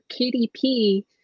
KDP